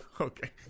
Okay